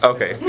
Okay